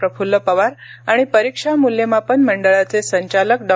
प्रफुल्ल पवार आणि परीक्षा मूल्यमापन मंडळाचे संचालक डॉ